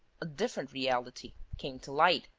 a different reality, came to light,